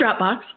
Dropbox